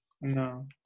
No